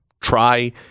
Try